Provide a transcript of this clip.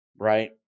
Right